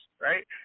right